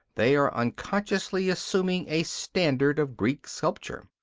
they are unconsciously assuming a standard of greek sculpture.